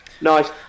nice